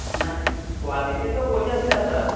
ନା କ୍ଵାଲିଟି ତ ବଢ଼ିଆ ଥିଲା ସାର୍